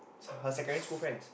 her secondary school friends